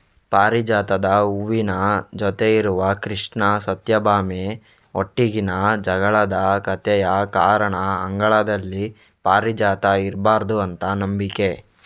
ಪಾರಿಜಾತದ ಹೂವಿನ ಜೊತೆ ಇರುವ ಕೃಷ್ಣ ಸತ್ಯಭಾಮೆ ಒಟ್ಟಿಗಿನ ಜಗಳದ ಕಥೆಯ ಕಾರಣ ಅಂಗಳದಲ್ಲಿ ಪಾರಿಜಾತ ಇರ್ಬಾರ್ದು ಅಂತ ನಂಬಿಕೆ